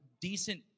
decent